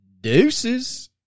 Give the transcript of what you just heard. deuces